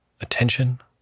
attention